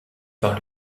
par